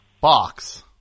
Box